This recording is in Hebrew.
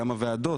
גם הוועדות.